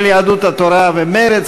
של יהדות התורה ומרצ.